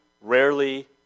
rarely